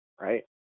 right